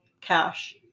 cash